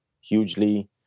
hugely